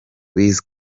wiz